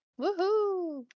Woohoo